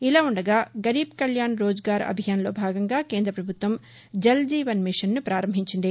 ఇలా ఉండగా గరీబ్ కళ్యాణ్ రోజ్గార్ అభియాన్లో భాగంగా కేంద్ర పభుత్వం జల్ జీవన్ మిషన్ను ప్రారంభించింది